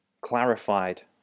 clarified